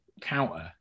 counter